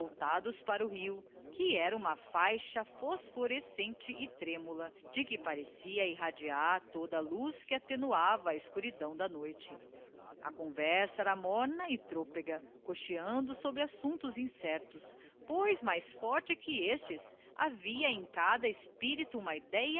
voltados para o rio que era uma faixa phosphorescente e tremula de que parecia irradiar toda a luz que attenuava a escuridão da noite a conversa era morna e trôpega coxeando sobre assumptos incertos pois mais forte que estes havia em cada espirito uma idéa